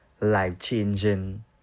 life-changing